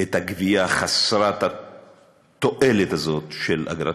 את הגבייה חסרת התועלת הזאת של האגרה,